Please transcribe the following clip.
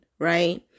right